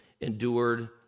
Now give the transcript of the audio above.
endured